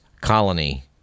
colony